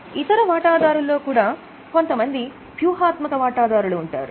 ఇతర వాటాదారుల్లో కూడా కొంతమంది వ్యూహాత్మక వాటాదారులు ఉంటారు